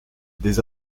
des